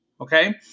Okay